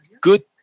good